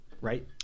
right